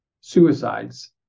suicides